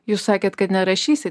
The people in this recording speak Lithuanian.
jūs sakėt kad nerašysit